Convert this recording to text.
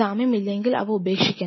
സാമ്യം ഇല്ലെങ്കിൽ അവ ഉപേക്ഷിക്കണം